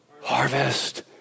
Harvest